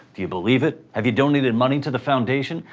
do you believe it? have you donated money to the foundation?